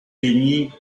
peignit